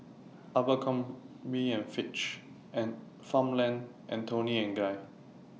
Abercrombie and Fitch Farmland and Toni and Guy